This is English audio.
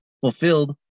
fulfilled